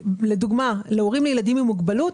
לדוגמה, הורים לילדים עם מוגבלות